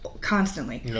constantly